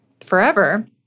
forever